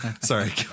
Sorry